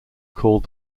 called